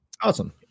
Awesome